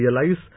realize